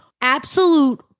absolute